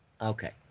Okay